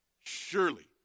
Surely